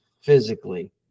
physically